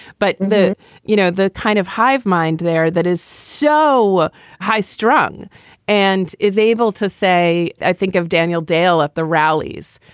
but the you know, the kind of hive mind there that is so high strung and is able to say, i think of daniel dale at the rallies.